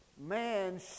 man